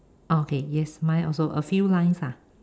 okay yes mine also a few lines ah